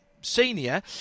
senior